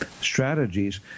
strategies